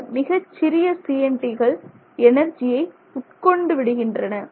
இந்த மிகச் சிறிய CNT கள் எனர்ஜியை உட்கொண்டு விடுகின்றன